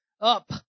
up